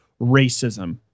racism